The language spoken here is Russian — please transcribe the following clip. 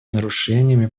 нарушениями